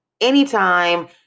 anytime